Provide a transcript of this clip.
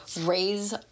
raise